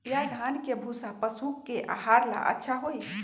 या धान के भूसा पशु के आहार ला अच्छा होई?